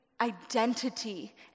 identity